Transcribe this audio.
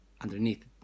underneath